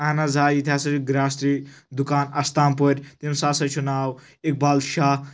اہن حظ آ ییٚتہِ ہَسا چھِ گراسری دُکان استان پورِ تٔمس ہَسا چھُ ناو اقبال شاہ